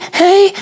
hey